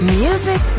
music